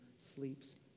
sleeps